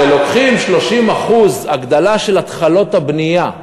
כשלוקחים 30% הגדלה של התחלות הבנייה,